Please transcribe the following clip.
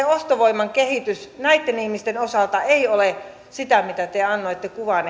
ostovoiman kehitys näitten ihmisten osalta ei ole sitä mitä te annoitte kuvan